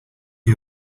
you